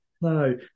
No